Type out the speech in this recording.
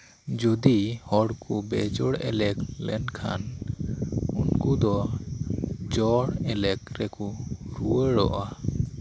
ᱡᱚᱫᱤ ᱦᱚᱲᱠᱚ ᱵᱮᱡᱚᱲ ᱞᱮᱱᱠᱷᱟᱱ ᱩᱱᱠᱩ ᱫᱚ ᱡᱚᱲ ᱮᱞᱮᱠ ᱨᱮᱠᱚ ᱨᱩᱣᱟᱹᱲᱚᱜᱼ ᱟ